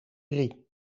drie